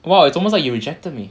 !wow! it's almost you rejected me